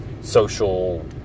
social